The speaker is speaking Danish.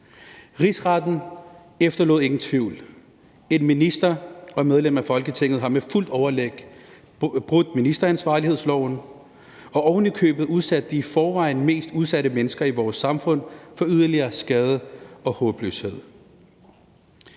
Rigsretten efterlod ingen tvivl. En minister og medlem af Folketinget har med fuldt overlæg brudt ministeransvarlighedsloven og ovenikøbet udsat de i forvejen mest udsatte mennesker i vores samfund for yderligere skade og håbløshed.